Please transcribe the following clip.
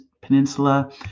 Peninsula